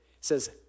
says